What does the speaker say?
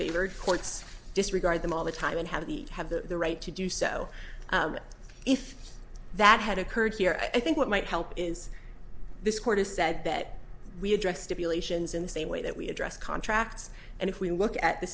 favored courts disregard them all the time and have the have the right to do so if that had occurred here i think it might help is this court has said that we address stipulations in the same way that we address contracts and if we look at the